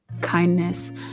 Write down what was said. kindness